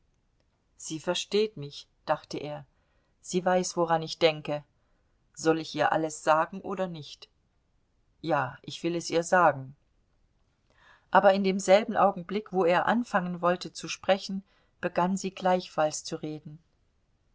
sie versteht mich dachte er sie weiß woran ich denke soll ich ihr alles sagen oder nicht ja ich will es ihr sagen aber in demselben augenblick wo er anfangen wollte zu sprechen begann sie gleichfalls zu reden